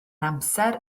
amser